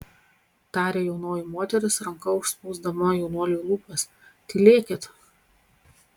tarė jaunoji moteris ranka užspausdama jaunuoliui lūpas tylėkit